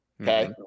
okay